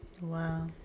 Wow